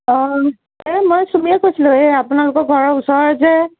এ মই চুমীয়ে কৈছিলোঁ এই আপোনালোকৰ ঘৰৰ ওচৰৰে যে